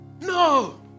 No